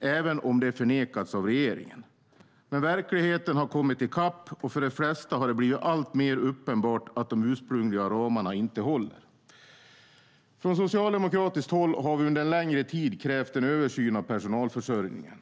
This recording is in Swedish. även om det förnekats av regeringen. Men verkligheten har kommit i kapp, och för de flesta har det blivit alltmer uppenbart att de ursprungliga ramarna inte håller. Från socialdemokratiskt håll har vi under en längre tid krävt en översyn av personalförsörjningen.